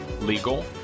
legal